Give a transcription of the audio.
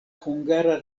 hungara